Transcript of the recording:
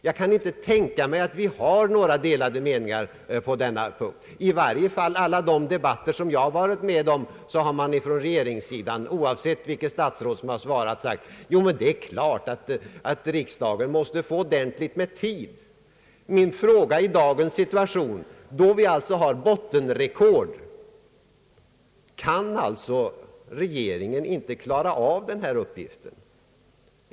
Jag kan inte tänka mig att det kan råda några delade meningar på denna punkt. Man har i alla de debatter jag deltagit i — oavsett vilket statsråd som svarat — från regeringssidan alltid instämt och sagt: Det är klart att riksdagen måste få ordentligt med tid. Min fråga i dagens situation, då vi nått bottenrekordet i nämnda avseende är: Kan regeringen alltså inte klara av den här uppgiften?